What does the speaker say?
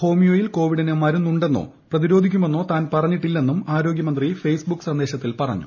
ഹോമിയോയിൽ കൊവിഡിന് മരുന്നുണ്ടെന്നോ പ്രതിരോധിക്കുമെന്നോ താൻ പറഞ്ഞിട്ടില്ലെന്നും ആരോഗ്യമന്ത്രി ഫേസ്ബുക്ക് സന്ദേശത്തിൽ പറഞ്ഞു